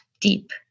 deep